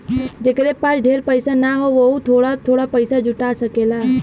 जेकरे पास ढेर पइसा ना हौ वोहू थोड़ा थोड़ा पइसा जुटा सकेला